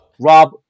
Rob –